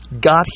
got